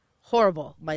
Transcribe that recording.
horrible